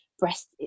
breast